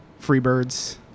Freebirds